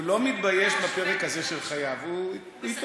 הוא לא מתבייש בפרק הזה של חייו, הוא התאושש.